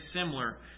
similar